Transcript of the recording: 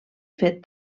fet